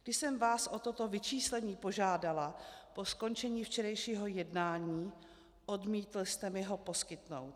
Když jsem vás o toto vyčíslení požádala po skončení včerejšího jednání, odmítl jste mi ho poskytnout.